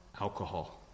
alcohol